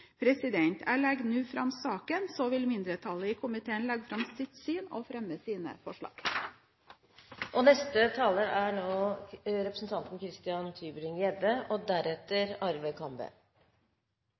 Jeg legger nå fram saken, så vil mindretallet i komiteen legge fram sitt syn og fremme sine forslag. Loven vi behandler i dag, SI-loven, er